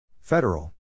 Federal